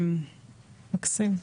מקסים.